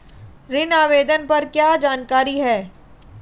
ऋण आवेदन पर क्या जानकारी है?